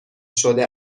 شده